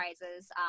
prizes